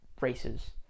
races